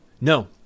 No